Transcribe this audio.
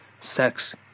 Sex